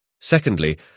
Secondly